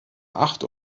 acht